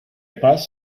pass